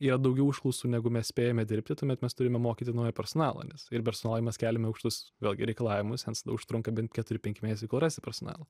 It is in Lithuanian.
yra daugiau užklausų negu mes spėjame dirbti tuomet mes turime mokyti naują personalą nes ir personalui mes keliame aukštus vėlgi reikalavimus ens užtrunka bent keturi penki mėnesiai kol rasi personalą